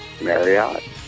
Marriott